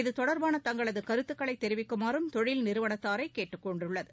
இதுதொடா்ாபான தங்களதுகருத்துக்களைதிவிக்குமாறும் தொழில் நிறுவனத்தாரைஅதுகேட்டுக்கொண்டுள்ளது